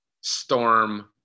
storm